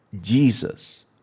jesus